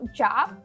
job